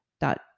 dot